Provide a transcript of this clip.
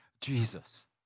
Jesus